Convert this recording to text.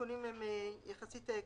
התיקונים יחסית קצרים: